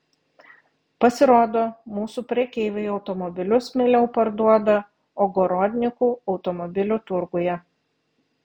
pasirodo mūsų prekeiviai automobilius mieliau parduoda ogorodnikų automobilių turguje